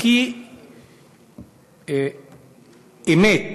הכי אמת,